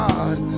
God